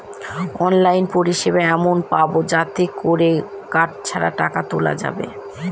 online পরিষেবা এমন পাবো যাতে করে কার্ড ছাড়া টাকা তোলা যাবে